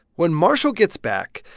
when marshall gets back,